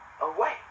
away